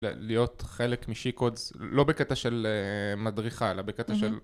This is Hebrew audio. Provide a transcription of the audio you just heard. להיות חלק מ-She Codes לא בקטע של מדריכה אלא בקטע של...